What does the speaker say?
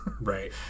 right